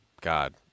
God